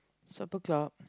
Supper Club